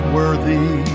worthy